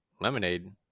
Lemonade